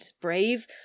brave